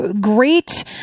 great